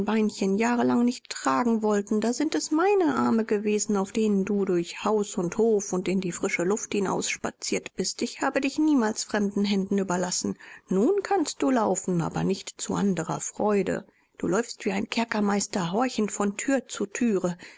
beinchen jahrelang nicht tragen wollten da sind es meine arme gewesen auf denen du durch haus und hof und in die frische luft hinausspaziert bist ich habe dich niemals fremden händen überlassen nun kannst du laufen aber nicht zu anderer freude du läufst wie ein kerkermeister horchend von thür zu thüre